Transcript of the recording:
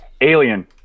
Alien